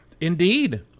Indeed